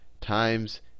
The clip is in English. times